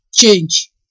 change